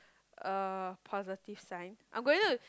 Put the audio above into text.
a positive sign I'm going to